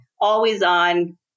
always-on